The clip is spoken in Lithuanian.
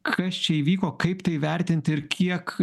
kas čia įvyko kaip tai vertinti ir kiek